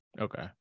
Okay